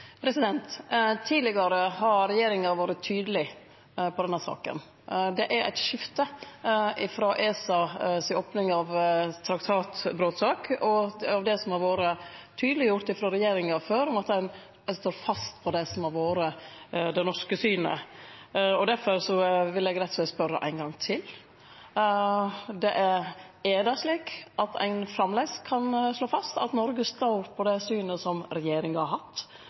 Det er eit skifte frå ESA si opning av traktatbrotsak og det som har vore tydeleggjort frå regjeringa før, om at ein står fast ved det som har vore det norske synet. Difor vil eg rett og slett spørje ein gong til: Er det slik at ein framleis kan slå fast at Noreg står på det synet som regjeringa har hatt,